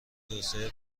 توسعه